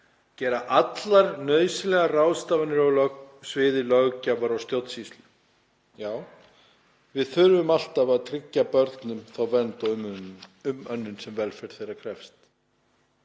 gera allar nauðsynlegar ráðstafanir á sviði löggjafar og stjórnsýslu.“ Við þurfum alltaf að tryggja börnum þá vernd og umönnun sem velferð þeirra krefst,